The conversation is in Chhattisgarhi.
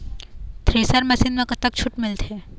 थ्रेसर मशीन म कतक छूट मिलथे?